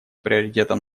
приоритетом